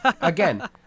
Again